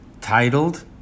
titled